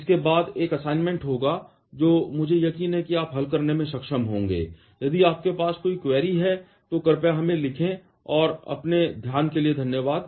इसके बाद एक असाइनमेंट होगा जो मुझे यकीन है कि आप हल करने में सक्षम होंगे यदि आपके पास कोई क्वेरी है तो कृपया हमें लिखें और अपने ध्यान के लिए धन्यवाद